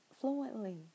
fluently